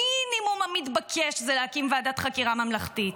המינימום המתבקש הוא להקים ועדת חקירה ממלכתית.